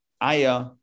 Aya